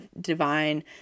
divine